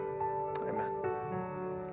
amen